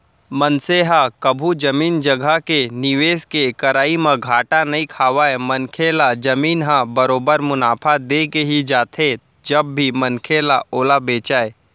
मनसे ह कभू जमीन जघा के निवेस के करई म घाटा नइ खावय मनखे ल जमीन ह बरोबर मुनाफा देके ही जाथे जब भी मनखे ह ओला बेंचय